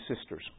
sisters